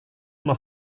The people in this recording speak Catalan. una